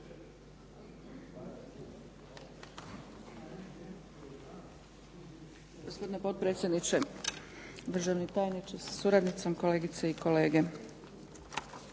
Hvala